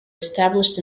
established